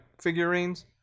figurines